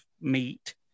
meat